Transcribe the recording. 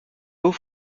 haut